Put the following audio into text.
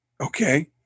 Okay